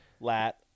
lat